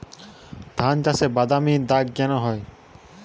ধানগাছে বাদামী দাগ হয় কেন?